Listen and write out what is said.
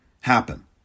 happen